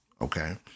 Okay